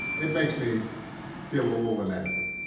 it makes me feel a little inadequate.